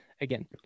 again